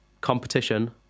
competition